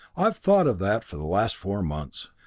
i've thought of that for the last four months,